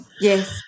Yes